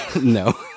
No